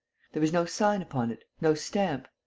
there was no sign upon it, no stamp